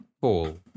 Fall